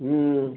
হুম